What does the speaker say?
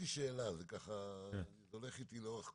צריך לזכור שהעירייה מחייבת גם ריבית.